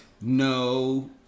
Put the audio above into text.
no